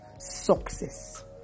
success